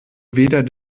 weder